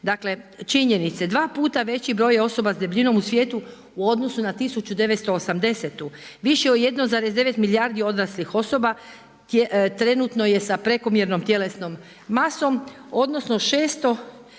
Dakle, činjenice, dva puta veći broj osoba s debljinom u svijetu u odnosu na 1980., više od 1,9 milijardi odraslih osoba trenutno je sa prekomjernom tjelesnom masom, odnosno, 600 milijuna